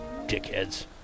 Dickheads